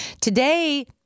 Today